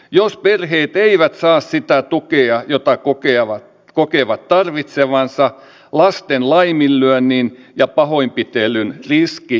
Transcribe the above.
jos perheet eivät saa sitä tukea jota kokevat tarvitsevansa lasten laiminlyönnin ja pahoinpitelyn riski lisääntyy